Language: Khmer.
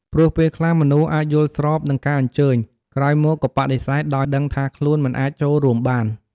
ព្រោះពេលខ្លះ មនុស្សអាចយល់ស្របនឹងការអញ្ជើញ ក្រោយមកក៏បដិសេធដោយដឹងថាខ្លួនមិនអាចចូលរួមបាន។